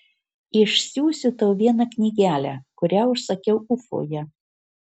išsiųsiu tau vieną knygelę kurią užsakiau ufoje